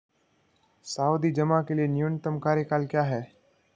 सावधि जमा के लिए न्यूनतम कार्यकाल क्या है?